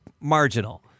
marginal